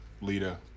Lita